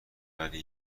ولی